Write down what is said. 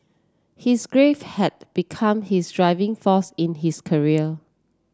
his grief had become his driving force in his career